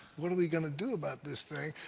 what are we going to do about this thing?